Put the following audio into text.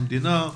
המדינה,